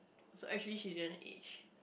so actually she didn't age